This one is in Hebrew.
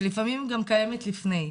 שלפעמים גם קיימת לפני.